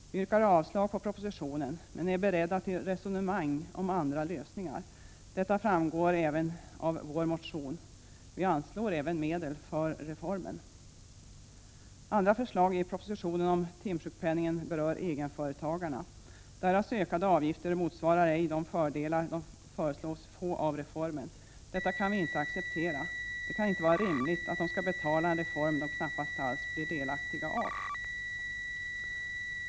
Därför yrkar vi avslag på propositionen, men vi är beredda till resonemang om andra lösningar. Detta framgår av vår motion. Vi anslår även medel för reformen. Andra förslag i propositionen om timsjukpenningen berör egenföretagarna. Deras ökade avgifter motsvarar ej de fördelar de föreslås få genom reformen. Detta kan vi inte acceptera. Det kan inte vara rimligt att de skall betala en reform som de knappast alls blir delaktiga av.